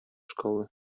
szkoły